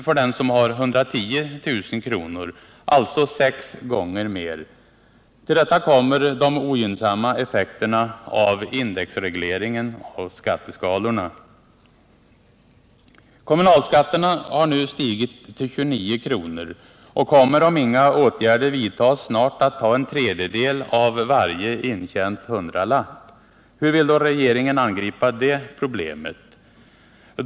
för den som har 110 000 kr., alltså sex gånger mer. Till detta kommer de ogynnsamma effekterna av indexregleringen av skatteskalorna. Kommunalskatterna har nu stigit till 29 kr. och kommer om inga åtgärder vidtas snart att ta en tredjedel av varje intjänad hundralapp. Hur vill då regeringen angripa det problemet?